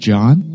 John